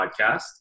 podcast